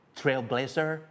trailblazer